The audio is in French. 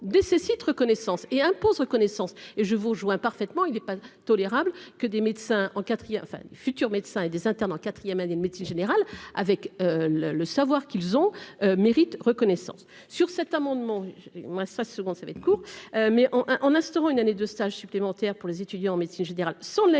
ses sites reconnaissance et impose reconnaissance et je vous rejoins parfaitement, il n'est pas tolérable que des médecins en quatrième enfin futurs médecins et des internes en 4ème année de médecine générale avec le le savoir qu'ils ont mérite reconnaissance. Sur cet amendement, moins sa secondes ça va être court mais en en instaurant une année de stage supplémentaires pour les étudiants en médecine générale sans l'inclure